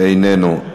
איננו,